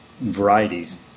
varieties